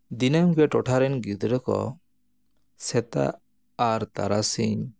ᱫᱤᱱᱟᱹᱢ ᱜᱮ ᱴᱚᱴᱷᱟ ᱨᱮᱱ ᱜᱤᱫᱽᱨᱟᱹ ᱠᱚ ᱥᱮᱛᱟᱜ ᱟᱨ ᱛᱟᱨᱟᱥᱤᱧ